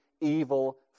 evil